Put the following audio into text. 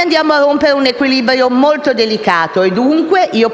andiamo a rompere un equilibrio molto delicato. Penso dunque che la cosa